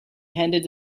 handed